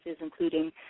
including